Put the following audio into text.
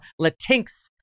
Latinx